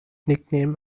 nickname